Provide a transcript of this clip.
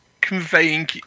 conveying